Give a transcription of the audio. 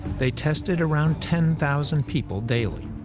they tested around ten thousand people daily.